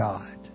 God